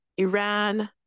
Iran